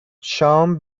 شام